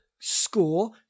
score